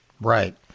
Right